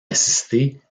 assistés